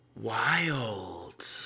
Wild